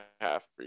half